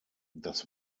das